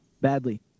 badly